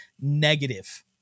negative